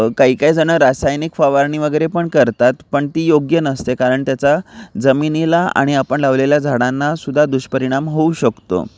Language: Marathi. काही काही जणं रासायनिक फवारणी वगैरे पण करतात पण ती योग्य नसते कारण त्याचा जमिनीला आणि आपण लावलेल्या झाडांना सुद्धा दुष्परिणाम होऊ शकतो